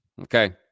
okay